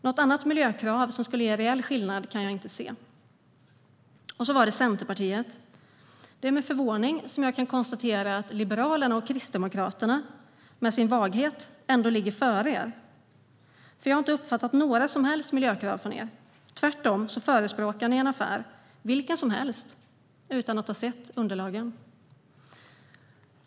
Något annat miljökrav som skulle ge reell skillnad kan jag inte se. Så var det Centerpartiet. Det är med förvåning som jag kan konstatera att Liberalerna och Kristdemokraterna med sin vaghet ändå ligger före er i Centerpartiet, för jag har inte uppfattat några som helst miljökrav från er. Tvärtom förespråkar ni en affär, vilken som helst, utan att ha sett underlagen.